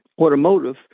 Automotive